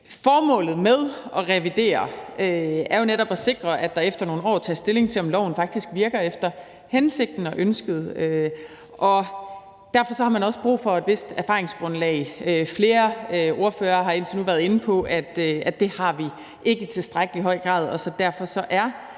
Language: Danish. Formålet med at revidere den er jo netop at sikre, at der efter nogle år tages stilling til, om loven faktisk virker efter hensigten og ønsket med den. Derfor har man brug for et vist erfaringsgrundlag. Flere ordførere har indtil nu været inde på, at det har vi ikke i tilstrækkelig høj grad,